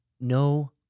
No